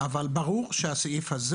אבל ברור שהסעיף הזה